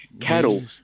cattle